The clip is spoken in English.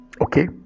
Okay